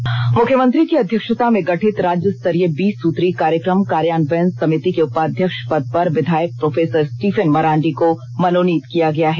Stephen Marandi मुख्यमंत्री की अध्यक्षता में गठित राज्यस्तरीय बीस सूत्री कार्यक्रम कार्यान्वयन समिति के उपाध्यक्ष पद पर विधायक प्रोफेसर स्टीफन मरांडी को मनोनीत किया गया है